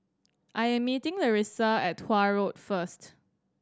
I am meeting Larissa at Tuah Road first